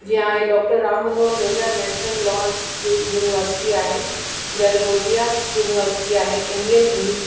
जीअं आहे doctor Ram Manohar Lohia national law institute university आहे गलगोटियास यूनिवर्सिटी आहे इंडियन इनी